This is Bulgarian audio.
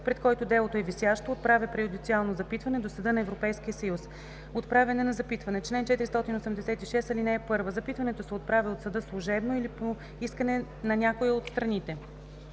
пред който делото е висящо, отправя преюдициално запитване до Съда на Европейския съюз. Отправяне на запитване Чл. 486. (1) Запитването се отправя от съда служебно или по искане на някоя от страните.